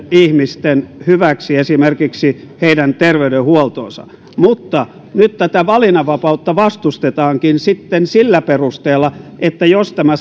ihmisten hyväksi esimerkiksi heidän terveydenhuoltoonsa mutta nyt tätä valinnanvapautta vastustetaankin sitten sillä perusteella että jos tämä